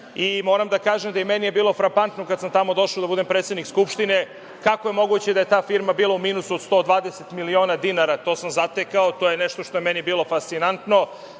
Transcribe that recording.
i moram da kažem da je i meni bilo frapantno kad sam tamo došao da budem predsednik skupštine, kako je moguće da je ta firma bila u minusu od 120 miliona dinara? To sam zatekao, to je nešto što je meni bilo fascinantno. Sve